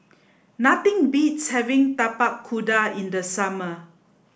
nothing beats having Tapak Kuda in the summer